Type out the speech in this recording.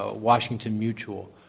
ah washington mutual.